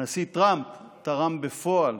הנשיא טראמפ תרם בפועל